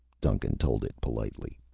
duncan told it politely.